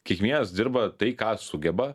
kiekvienas dirba tai ką sugeba